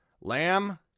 lamb